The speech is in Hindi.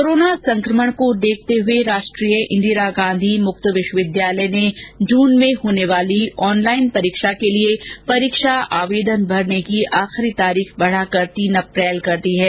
कोरोना संकमण को देखते हुए राष्ट्रीय इंदिरा गांधी मुक्त विश्वविद्यालय ने जून में होने वाली ऑनलाइन परीक्षा के लिए परीक्षा आवेदन भरने की अंतिम तिथि बढाकर तीन अप्रैल कर दी है